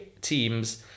teams